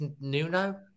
Nuno